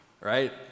right